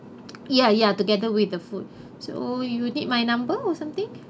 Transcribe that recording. ya ya together with the food so you need my number or something